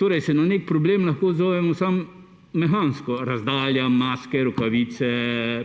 Torej se na nek problem lahko odzovemo samo mehansko – razdalja, maske, rokavice,